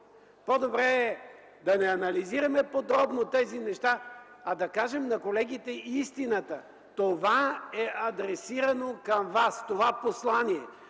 по-добре е да не анализираме подробно тези неща, а да кажем на колегите истината: това послание е адресирано към вас – че не